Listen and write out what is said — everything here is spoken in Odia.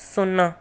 ଶୂନ